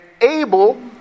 able